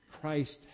Christ